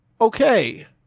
okay